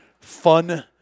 fun